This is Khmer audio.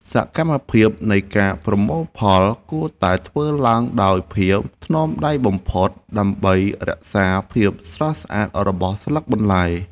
សកម្មភាពនៃការប្រមូលផលគួរតែធ្វើឡើងដោយភាពថ្នមដៃបំផុត ដើម្បីរក្សាភាពស្រស់ស្អាតរបស់ស្លឹកបន្លែ។